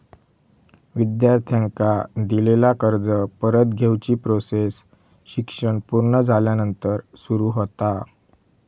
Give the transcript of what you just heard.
विद्यार्थ्यांका दिलेला कर्ज परत घेवची प्रोसेस शिक्षण पुर्ण झाल्यानंतर सुरू होता